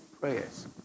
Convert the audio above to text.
prayers